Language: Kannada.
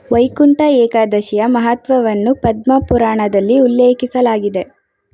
ವೈಕುಂಠ ಏಕಾದಶಿಯ ಮಹತ್ವವನ್ನು ಪದ್ಮ ಪುರಾಣದಲ್ಲಿ ಉಲ್ಲೇಖಿಸಲಾಗಿದೆ